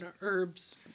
herbs